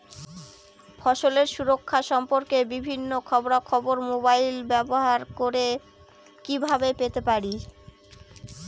ফসলের সুরক্ষা সম্পর্কে বিভিন্ন খবরা খবর মোবাইল ব্যবহার করে কিভাবে পেতে পারি?